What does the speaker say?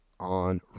On